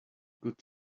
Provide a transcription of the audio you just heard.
good